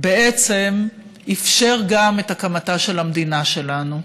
בעצם אפשרו גם את הקמתה של המדינה שלנו.